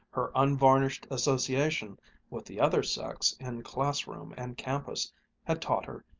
her unvarnished association with the other sex in classroom and campus had taught her,